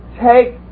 take